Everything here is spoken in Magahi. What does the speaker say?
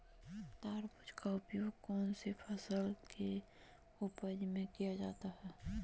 तराजू का उपयोग कौन सी फसल के उपज में किया जाता है?